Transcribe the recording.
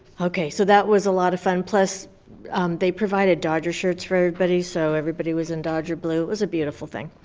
okay, so that was a lot of fun, plus they provided dodgers shirts for everybody, so everybody was in dodger blue. it was a beautiful thing.